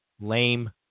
Lame